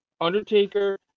Undertaker